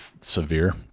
severe